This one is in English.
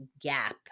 gap